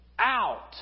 out